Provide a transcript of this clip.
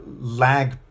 lag